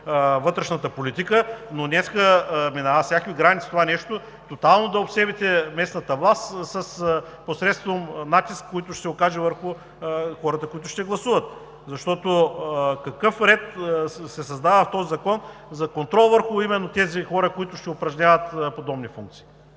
вътрешната политика, но днес минава всякакви граници това нещо – тотално да обсебите местната власт посредством натиск, който ще се окаже върху хората, които ще гласуват! Какъв ред се създава в този закон за контрол на именно тези хора, които ще упражняват подобни функции?